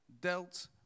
dealt